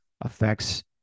affects